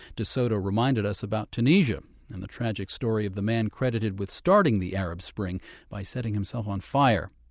de soto reminded us about tunisia and the tragic story of the man credited with starting the arab spring by setting himself on fire.